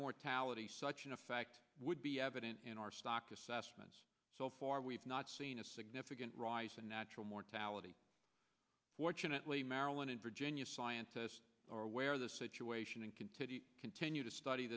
mortality such an effect would be evident in our stock assessments so far we've not seen a significant rise in natural mortality fortunately maryland and virginia scientists or where the situation and can to continue to study